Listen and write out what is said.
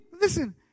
listen